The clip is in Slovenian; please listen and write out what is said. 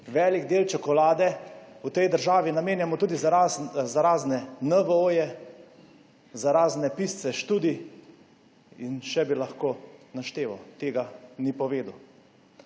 velik del čokolade v tej državi namenjamo tudi za razne NVO, za razne pisce študij in še bi lahko našteval. Tega ni povedal.